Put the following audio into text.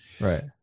Right